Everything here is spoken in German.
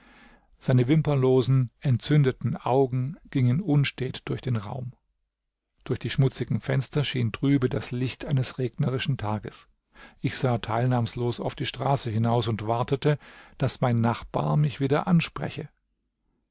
seine wimperlosen entzündeten augen gingen unstet durch den raum durch die schmutzigen fenster schien trübe das licht eines regnerischen tages ich sah teilnahmslos auf die straße hinaus und wartete daß mein nachbar mich wieder anspreche